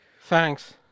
Thanks